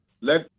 Let